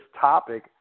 topic